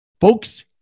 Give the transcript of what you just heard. folks